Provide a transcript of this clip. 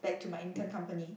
back to my intern company